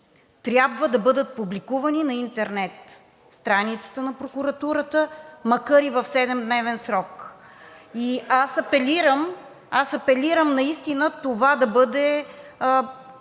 трябва да бъдат публикувани на интернет страницата на прокуратурата, макар и в седемдневен срок? Аз апелирам наистина това да бъде